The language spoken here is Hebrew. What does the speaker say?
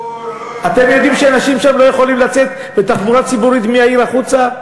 אתם יודעים שאנשים שם לא יכולים לצאת בתחבורה ציבורית מהעיר החוצה?